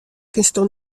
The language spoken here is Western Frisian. kinsto